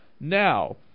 Now